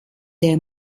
der